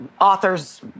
authors